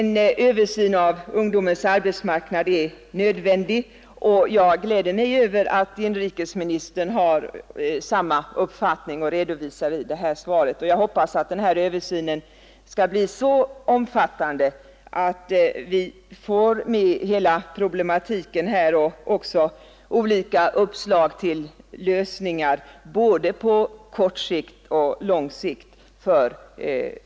En översyn av ungdomens arbetsmarknad är nödvändig. Det gläder mig att inrikesministern och jag där har samma uppfattning, vilket framgår av det lämnade svaret. Jag hoppas bara att den översynen blir så omfattande att vi får med hela problematiken och alla de olika uppslag till lösningar både på kort och på lång sikt som kan framkomma för att avhjälpa ungdomsarbetslösheten.